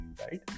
right